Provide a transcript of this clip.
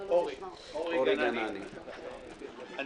אני